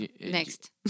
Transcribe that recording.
Next